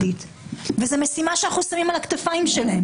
זאת משימה שאנחנו שמים על כתפיהם.